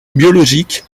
biologique